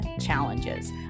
challenges